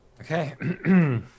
Okay